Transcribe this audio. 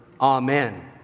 Amen